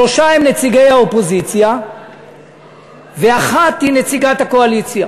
שלושה הם נציגי האופוזיציה ואחת היא נציגת הקואליציה,